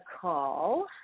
call